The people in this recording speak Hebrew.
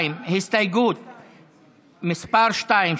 הסתייגות מס' 2,